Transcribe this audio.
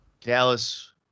Dallas